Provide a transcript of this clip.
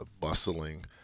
bustling